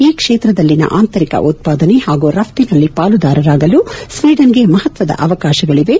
ಈ ಕ್ಷೇತ್ರದಲ್ಲಿನ ಆಂತರಿಕ ಉತ್ಪಾದನೆ ಪಾಗೂ ರಷ್ತಿನಲ್ಲಿ ಪಾಲುದಾರಾಗಲು ಸ್ವೀಡನ್ಗೆ ಮಪತ್ವದ ಅವಕಾಶಗಳಿವೆ